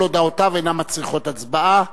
כל הודעותיו אינן מצריכות הצבעה,